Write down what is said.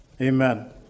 Amen